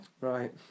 Right